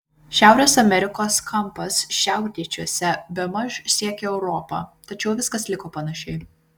šiaurės amerikos kampas šiaurryčiuose bemaž siekė europą tačiau viskas liko panašiai